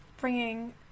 bringing